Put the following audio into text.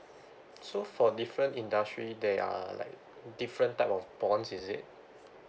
so for different industry there are like different type of bond is it